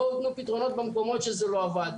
בואו תנו פתרונות במקומות שזה לא עבד.